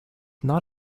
not